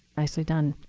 nicely done.